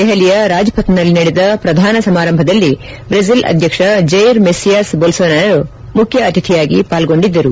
ದೆಹಲಿಯ ರಾಜ್ಪಥ್ನಲ್ಲಿ ನಡೆದ ಪ್ರಧಾನ ಸಮಾರಂಭದಲ್ಲಿ ಬ್ರೆಜಿಲ್ ಅಧ್ಯಕ್ಷ ಜೈರ್ ಮೆಸ್ಸಿಯಾಸ್ ಬೊಲ್ಸೊನಾರೊ ಮುಖ್ಯ ಅತಿಥಿಯಾಗಿ ಪಾಲ್ಗೊಂಡಿದ್ದರು